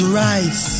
rise